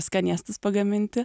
skanėstus pagaminti